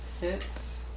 hits